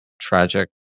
tragic